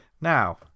Now